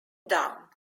down